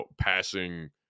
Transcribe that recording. passing